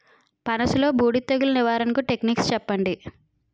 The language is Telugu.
పనస లో బూడిద తెగులు నివారణకు టెక్నిక్స్ చెప్పండి?